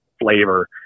flavor